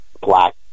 black